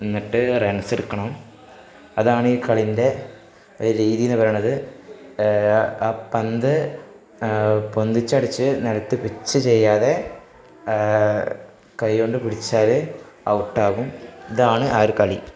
എന്നിട്ട് റൺസെടുക്കണം അതാണീ കളീൻ്റെ ഒരു രീതി എന്ന് പറയുന്നത് ആ പന്ത് പൊന്തിച്ചടിച്ച് നിലത്ത് പിച്ച് ചെയ്യാതെ കൈകൊണ്ട് പിടിച്ചാല് ഔട്ടാകും ഇതാണ് ആ ഒരു കളി